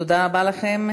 תודה רבה לכם.